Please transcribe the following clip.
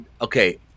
Okay